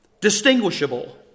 distinguishable